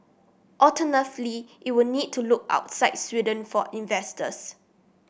alternatively it will need to look outside Sweden for investors